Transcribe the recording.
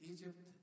Egypt